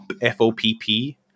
F-O-P-P